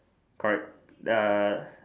correct the